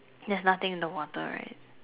there's nothing in the water right